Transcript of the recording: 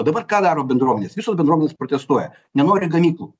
o dabar ką daro bendruomenės visos bendruomenės protestuoja nenori gamyklų